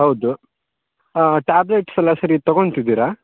ಹೌದು ಟ್ಯಾಬ್ಲೆಟ್ಸ್ ಎಲ್ಲ ಸರಿ ತಗೊತಿದ್ದೀರಾ